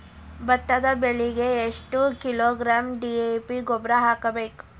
ಭತ್ತದ ಬೆಳಿಗೆ ಎಷ್ಟ ಕಿಲೋಗ್ರಾಂ ಡಿ.ಎ.ಪಿ ಗೊಬ್ಬರ ಹಾಕ್ಬೇಕ?